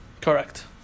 Correct